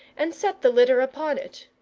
and set the litter upon it.